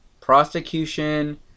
prosecution